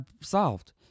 solved